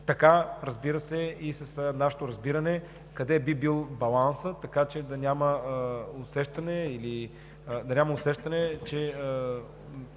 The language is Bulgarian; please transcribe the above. № 6, така и с нашето разбиране къде би бил балансът, така че да няма усещане, че